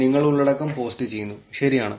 നിങ്ങൾ ഉള്ളടക്കം പോസ്റ്റ് ചെയ്യുന്നു ശരിയാണ്